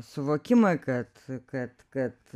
suvokimą kad kad kad